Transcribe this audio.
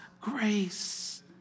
grace